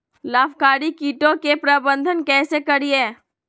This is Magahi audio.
लाभकारी कीटों के प्रबंधन कैसे करीये?